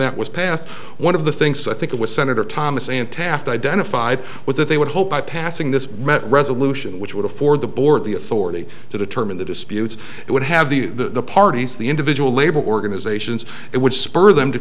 that was passed one of the things i think it was senator thomas and taft identified was that they would hope by passing this resolution which would afford the board the authority to determine the disputes it would have the parties the individual labor organizations it would spur them to